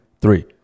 three